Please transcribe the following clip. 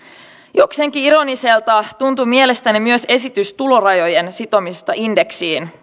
jokseenkin ironiselta tuntuu mielestäni myös esitys tulorajojen sitomisesta indeksiin